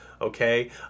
Okay